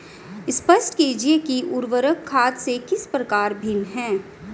स्पष्ट कीजिए कि उर्वरक खाद से किस प्रकार भिन्न है?